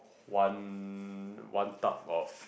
one one tub of